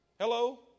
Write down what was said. Hello